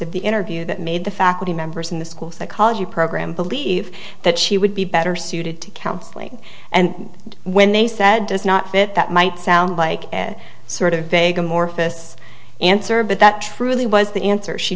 of the interview that made the faculty members in the school psychology program believe that she would be better suited to counseling and when they said does not fit that might sound like a sort of vague amorphous answer but that truly was the answer she